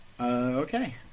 Okay